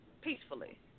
peacefully